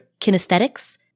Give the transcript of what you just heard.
kinesthetics